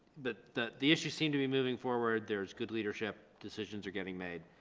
but the the issues seem to be moving forward. there's good leadership. decisions are getting made.